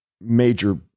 major